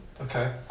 Okay